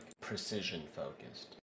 precision-focused